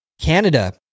Canada